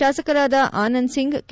ಶಾಸಕರಾದ ಆನಂದ್ ಸಿಂಗ್ ಕೆ